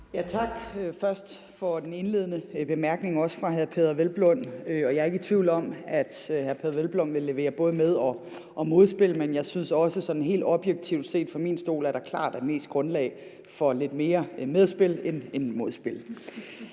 tak for den indledende bemærkning fra hr. Peder Hvelplund også. Jeg er ikke i tvivl om, at hr. Peder Hvelplund vil levere både med- og modspil, men jeg synes også sådan helt objektivt set fra min stol, at der klart er mest grundlag for lidt mere medspil end modspil.